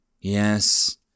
Yes